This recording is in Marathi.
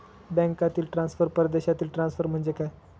बँकांतील ट्रान्सफर, परदेशातील ट्रान्सफर म्हणजे काय?